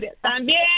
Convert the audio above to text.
también